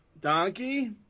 Donkey